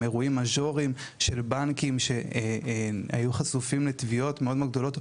אירועים מז'וריים של בנקים שהיו חשופים לתביעות מאוד גדולות,